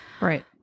right